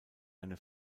eine